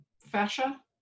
fascia